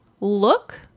look